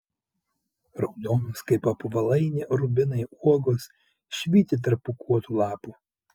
raudonos kaip apvalaini rubinai uogos švyti tarp pūkuotų lapų